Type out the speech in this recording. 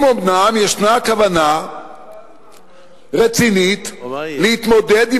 אם אומנם ישנה כוונה רצינית להתמודד עם